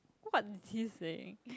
what is he saying